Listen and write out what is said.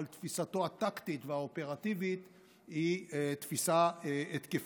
אבל תפיסתו הטקטית והאופרטיבית היא תפיסה התקפית.